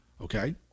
okay